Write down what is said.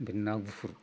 ओमफाय ना गुफुर